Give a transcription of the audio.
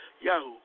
Yahoo